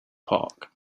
park